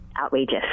outrageous